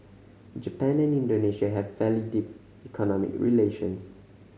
Japan and Indonesia have fairly deep economic relations